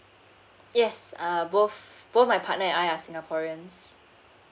yes uh both both my partner and I are singaporeans